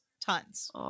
Tons